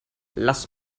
lass